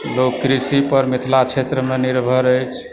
लोक कृषि पर मिथिला क्षेत्रमे निर्भर अछि